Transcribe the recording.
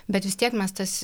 bet vis tiek mes tas